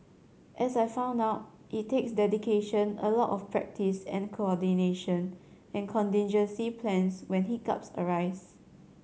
as I found out it takes dedication a lot of practice and coordination and contingency plans when hiccups arise